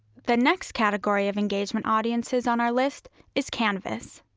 the next category of engagement audiences on our list is canvas.